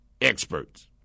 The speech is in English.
experts